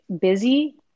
busy